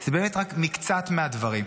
זה באמת רק מקצת מהדברים.